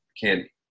candy